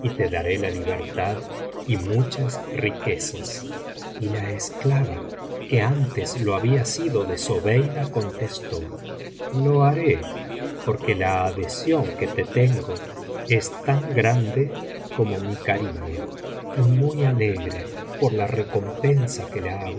te daré la libertad y muchas riquezas y la esclava que antes lo había sido de zobeida contestó lo haré porque la adhesión que te tengo es tan grande como mi cariño y muy alegre por la recompensa que la